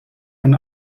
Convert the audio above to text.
von